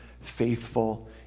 faithful